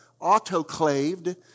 autoclaved